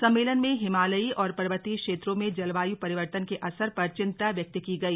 सम्मेलन में हिमालयी और पर्वतीय क्षेत्रों में जलवायु परिवर्तन के असर पर चिंता व्यक्त की गई